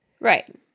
Right